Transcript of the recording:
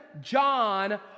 John